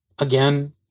Again